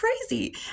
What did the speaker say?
crazy